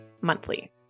monthly